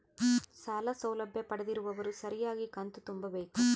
ಸಾಲ ಸೌಲಭ್ಯ ಪಡೆದಿರುವವರು ಸರಿಯಾಗಿ ಕಂತು ತುಂಬಬೇಕು?